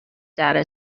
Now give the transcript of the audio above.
data